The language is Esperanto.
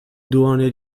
duone